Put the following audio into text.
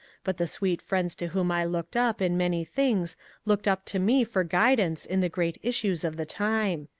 but the sweet friends to whom i looked up in many things looked up to me for guidance in the great issues of the time.